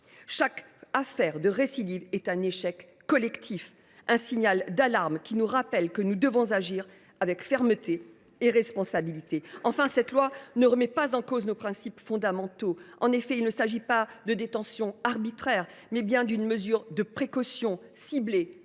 Chaque affaire de récidive est un échec collectif, un signal d’alarme qui nous rappelle que nous devons agir avec fermeté et responsabilité. Enfin, cette proposition de loi ne remet pas en cause nos principes fondamentaux. En effet, il s’agit non pas de détention arbitraire, mais bien d’une mesure de précaution, ciblée,